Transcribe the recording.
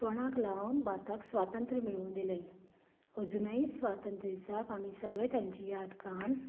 पणाक लावन भारताक स्वातंत्र मेळवून दिलें अजूनय स्वातंत्र्य दिसांक आमी सगळें तांचे याद कावन